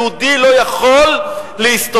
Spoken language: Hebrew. יהודי לא יכול להסתובב.